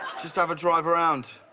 just have a drive around.